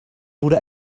wurde